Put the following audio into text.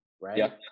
right